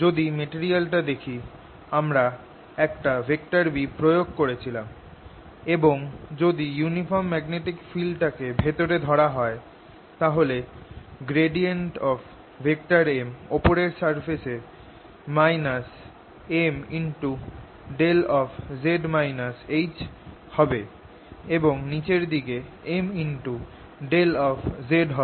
যদি মেটেরিয়ালটা দেখি আমরা একটা B প্রয়োগ করেছিলাম এবং যদি ইউনিফর্ম ম্যাগনেটিক ফিল্ডটাকে ভেতরে ধরা হয় তাহলে M ওপরের সারফেসে Mδ হবে এবং নিচের দিকে Mδ হবে